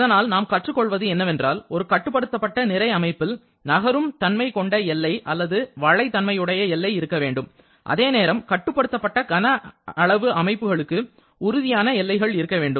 இதனால் நாம் கற்றுக் கொள்வது என்னவென்றால் ஒரு கட்டுப்படுத்தப்பட்ட நிறை அமைப்பில் நகரும் தன்மை கொண்ட எல்லை அல்லது வளை தன்மையுடைய எல்லை இருக்க வேண்டும் அதேநேரம் கட்டுப்படுத்தப்பட்ட கன அளவு அமைப்புகளுக்கு உறுதியான எல்லைகள் இருக்க வேண்டும்